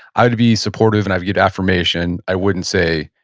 i would be supportive and i'd give affirmation. i wouldn't say,